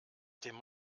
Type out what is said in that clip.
dem